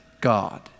God